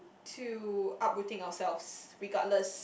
to uprooting ourselves regardless